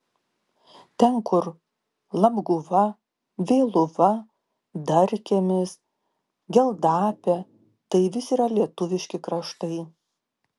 ten kur labguva vėluva darkiemis geldapė tai vis yra lietuviški kraštai